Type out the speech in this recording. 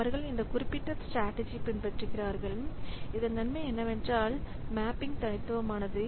அவர்கள் இந்த குறிப்பிட்ட ஸ்ட்ராடஜி பின்பற்றுகிறார்கள் இதன் நன்மை என்னவென்றால் மேப்பிங் தனித்துவமானது